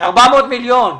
400 מיליון.